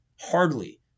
Hardly